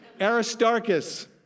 Aristarchus